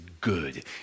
good